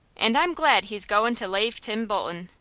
and i'm glad he's goin' to lave tim bolton,